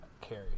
carry